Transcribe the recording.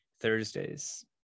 Thursdays